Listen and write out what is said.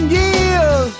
years